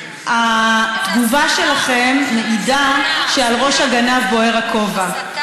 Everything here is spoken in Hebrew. התגובה שלכם מעידה שעל ראש הגנב בוער הכובע, הסתה.